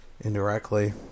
indirectly